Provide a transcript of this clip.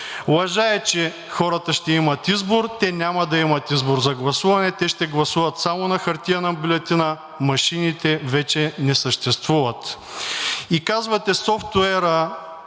Лъжа е, че хората ще имат избор. Те няма да имат избор за гласуване. Те ще гласуват само на хартиена бюлетина, машините вече не съществуват. Казвате, софтуерът